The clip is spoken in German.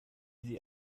sie